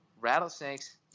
rattlesnakes